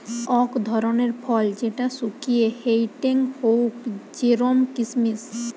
অক ধরণের ফল যেটা শুকিয়ে হেংটেং হউক জেরোম কিসমিস